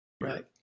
right